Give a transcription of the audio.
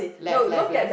left left left